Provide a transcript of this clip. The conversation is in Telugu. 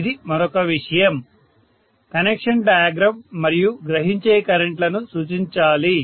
ఇది మరొక విషయం కనెక్షన్ డయాగ్రమ్ మరియు గ్రహించే కరెంట్ లను సూచించాలి